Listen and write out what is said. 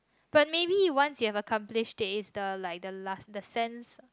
but maybe once you have accomplished it it's the like the sense